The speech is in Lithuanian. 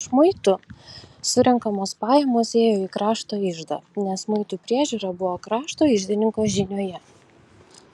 iš muitų surenkamos pajamos ėjo į krašto iždą nes muitų priežiūra buvo krašto iždininko žinioje